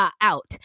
out